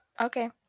Okay